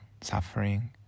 suffering